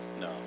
No